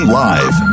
live